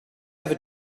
ever